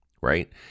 right